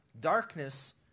darkness